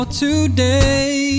today